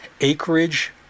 acreage